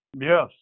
Yes